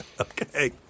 Okay